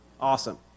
Awesome